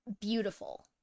beautiful